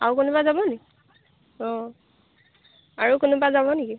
আৰু কোনোবা যাব নি অঁ আৰু কোনোবা যাব নেকি